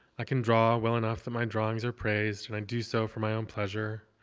i can draw well enough that my drawings are praised, and i do so for my own pleasure.